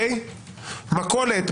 מכולת,